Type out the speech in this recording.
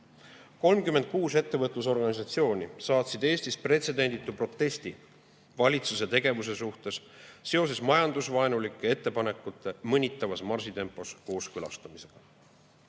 36 ettevõtlusorganisatsiooni saatsid Eestis pretsedenditu protesti valitsuse tegevuse vastu seoses majandusvaenulike ettepanekute mõnitavas marsitempos kooskõlastamisega.